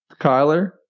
kyler